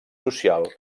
social